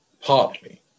partly